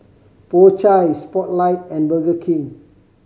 Po Chai Spotlight and Burger King